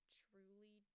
truly